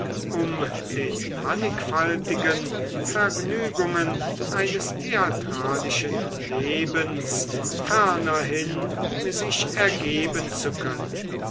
um den mannigfaltigen vergnügungen eines theatralischen lebens fernerhin sich ergeben zu können